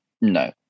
no